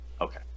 Okay